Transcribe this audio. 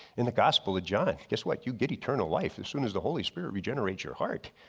in the gospel of john guess what, you get eternal life as soon as the holy spirit regenerates your heart.